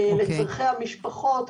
לצרכי המשפחות,